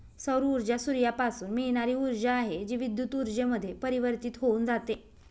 सौर ऊर्जा सूर्यापासून मिळणारी ऊर्जा आहे, जी विद्युत ऊर्जेमध्ये परिवर्तित होऊन जाते